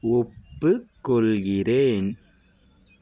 ஒப்புக்கொள்கிறேன்